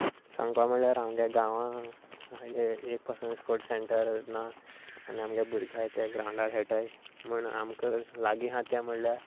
सांगपा म्हणल्यार आमच्या गांवांत एक पसून स्पोर्ट्स सेंटर ना आनी आमगे भुरगें आसात ते ग्रावंडार खेळटात पूण आमकां लागीं आसा तें म्हणल्यार